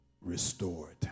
restored